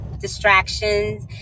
distractions